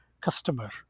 customer